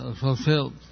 fulfilled